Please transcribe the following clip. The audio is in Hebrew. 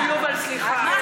יובל, יובל, סליחה.